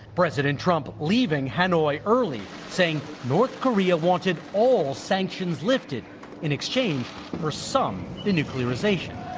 president trump leaving hanoi early saying north korea wanted all sanctions lifted in exchange for some denuclearization.